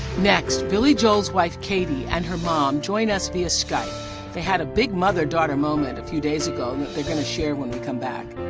next, billy joel's wife katie and her mom join us via skype. they had a big mother-daughter moment a few days ago that they're going to share when we come back.